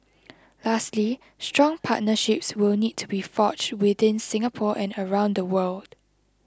lastly strong partnerships will need to be forged within Singapore and around the world